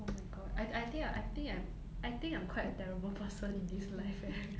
oh my god I I think I think I think I'm quite a terrible person in this life eh